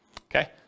okay